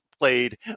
played